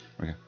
Okay